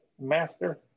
Master